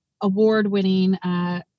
award-winning